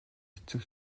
эцэг